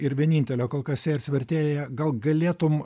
ir vienintelė kol kas sėjers vertėja gal galėtum